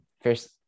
first